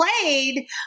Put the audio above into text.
played